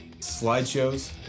slideshows